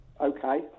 Okay